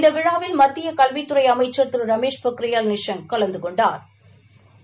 இந்த விழாவில் மத்திய கல்வித்துறை அமைச்சர் திரு ரமேஷ் பொக்ரியால் நிஷாங் கலந்து கொண்டாா்